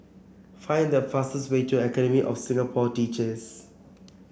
find the fastest way to Academy of Singapore Teachers